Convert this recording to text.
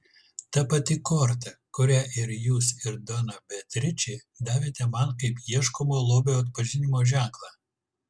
ta pati korta kurią ir jūs ir dona beatričė davėte man kaip ieškomo lobio atpažinimo ženklą